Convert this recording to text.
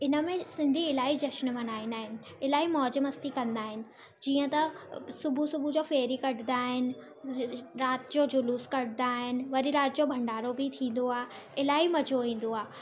इन में सिंधी इलाही जश्न मल्हाईंदा आहिनि इलाही मौज मस्ती कंदा आहिनि जीअं त सुबुहु सुबुह जो फेरी कढंदा आहिनि राति जो जुलूसु कढंदा आहिनि वरी राति जो भंडारो बि थींदो आहे इलाही मज़ो ईंदो आहे